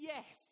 Yes